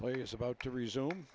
play is about to resume